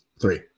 Three